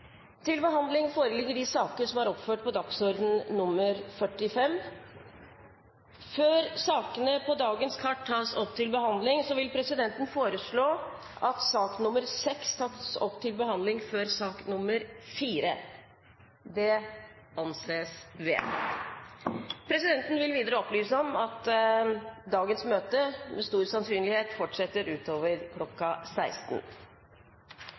til behandling, vil presidenten foreslå at sak nr. 6 tas opp til behandling før sak nr. 4. – Det anses vedtatt. Videre vil presidenten opplyse om at dagens møte med stor sannsynlighet fortsetter utover kl. 16.